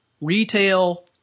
retail